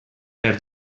per